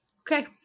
Okay